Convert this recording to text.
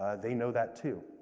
ah they know that too.